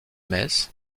metz